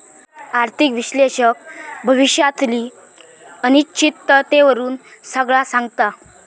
आर्थिक विश्लेषक भविष्यातली अनिश्चिततेवरून सगळा सांगता